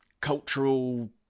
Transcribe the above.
cultural